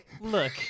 look